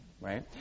Right